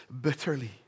bitterly